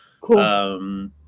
Cool